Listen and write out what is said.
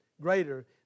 greater